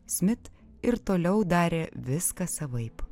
smit ir toliau darė viską savaip